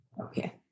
Okay